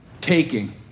taking